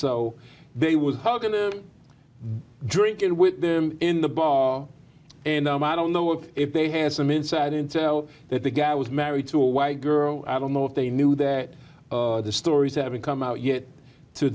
so they was going to drink it with them in the bar and i don't know if they had some inside intel that the guy was married to a white girl i don't know if they knew that the stories haven't come out yet to